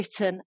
written